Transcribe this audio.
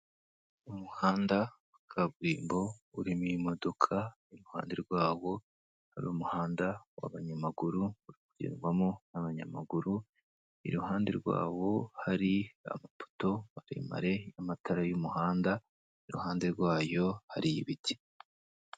Umuhanda wa kaburimbo urimo imodokadoka, iruhande rwawo hari umuhanda w'abanyamaguru ugendwamo n'abanyamaguru, iruhande rwawo hari amapoto maremare n'amatara y'umuhanda, iruhande rwawo hari ibiti.